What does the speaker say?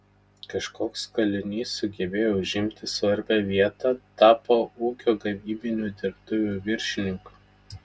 kažkoks kalinys sugebėjo užimti svarbią vietą tapo ūkio gamybinių dirbtuvių viršininku